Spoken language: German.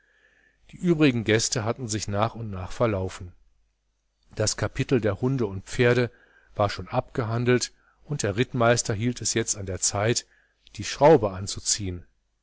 die übrigen gäste hatten sich nach und nach verlaufen das kapitel der hunde und pferde war schon abgehandelt und der rittmeister hielt es jetzt an der zeit die schraube anzuziehen